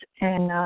and,